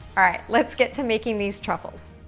all right, let's get to making these truffles.